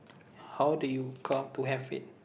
how do you come to have it